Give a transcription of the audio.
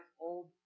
old